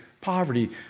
poverty